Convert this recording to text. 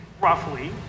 roughly